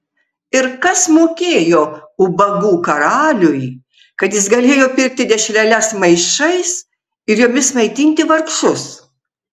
ir kas mokėjo ubagų karaliui kad jis galėjo pirkti dešreles maišais ir jomis maitinti vargšus